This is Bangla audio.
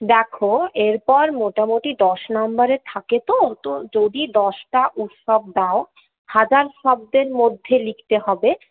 দেখো এরপর মোটামুটি দশ নাম্বারের থাকে তো তো যদি দশটা উৎসব দাও হাজার শব্দের মধ্যে লিখতে হবে